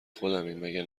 خودمی، مگه